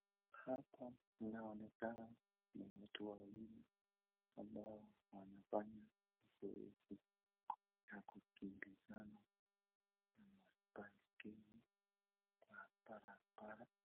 Hapa inaonekana ni watu wawili ambao wanafanya zoezi ya kukimbizana na baiskeli kwa barabara.